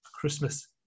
Christmas